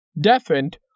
deafened